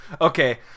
Okay